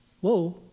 Whoa